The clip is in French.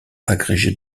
agrégé